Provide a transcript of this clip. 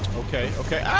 ok ok